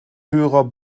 höherer